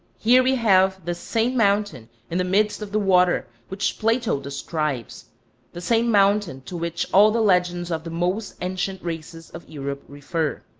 here we have the same mountain in the midst of the water which plato describes the same mountain to which all the legends of the most ancient races of europe refer.